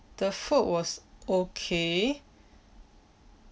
the food was okay